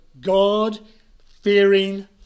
God-fearing